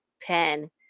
pen